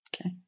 Okay